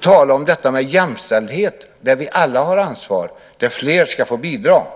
tala om detta med jämställdhet. Där har vi alla ett ansvar, och där ska fler få bidrag.